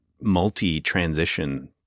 multi-transition